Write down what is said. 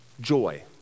joy